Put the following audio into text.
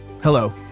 Hello